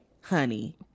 honey